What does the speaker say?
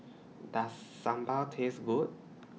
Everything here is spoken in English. Does Sambal Taste Good